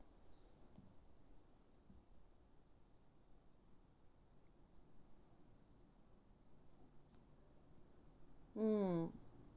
mm